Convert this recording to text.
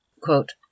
Quote